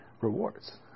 rewards